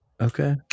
Okay